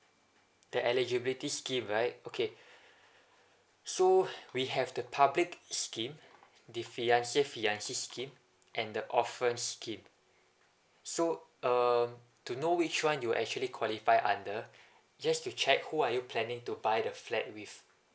the eligibility scheme right okay so we have the public scheme the fiancé fiancée Scheme and the orphans scheme so uh to know which one you're actually qualify under just to check who are you planning to buy the flat with